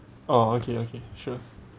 orh okay okay sure